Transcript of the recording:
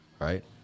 right